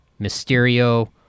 Mysterio